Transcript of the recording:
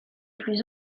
plus